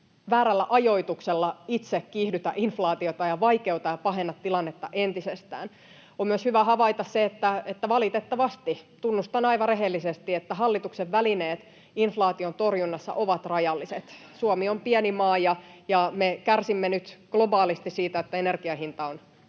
väärällä ajoituksella itse kiihdytä inflaatiota ja vaikeuta ja pahenna tilannetta entisestään. On myös hyvä havaita, että valitettavasti — tunnustan aivan rehellisesti — hallituksen välineet inflaation torjunnassa ovat rajalliset. [Ben Zyskowicz: Tässä on yksi!] Suomi on pieni maa, ja me kärsimme nyt globaalisti siitä, että energian hinta on korkealla